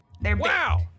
Wow